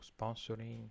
sponsoring